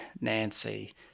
Nancy